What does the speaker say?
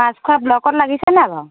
মাছখোৱা ব্লকত লাগিছে নাই বাৰু